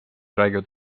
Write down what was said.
räägivad